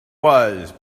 was